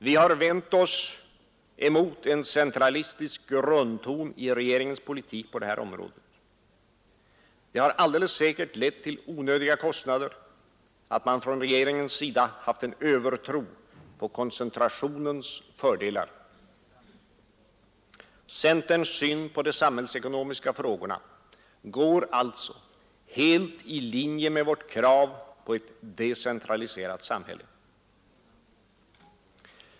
Vi har vänt oss emot en centralistisk grundton i regeringens politik på det här området. Det har alldeles säkert lett till onödiga kostnader att man från regeringens sida haft en övertro på koncentrationens fördelar. Centerns syn på de samhällsekonomiska frågorna går alltså helt i linje med vårt krav på ett decentraliserat samhälle.